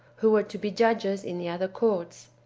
who were to be judges in the other courts.